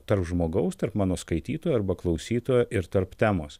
tarp žmogaus tarp mano skaitytojo arba klausytojo ir tarp temos